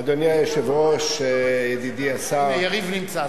אדוני היושב-ראש, ידידי השר, הנה, יריב נמצא.